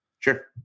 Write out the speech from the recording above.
Sure